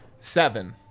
Seven